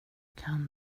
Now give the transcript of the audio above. kan